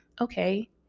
okay